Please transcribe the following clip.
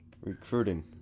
recruiting